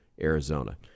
Arizona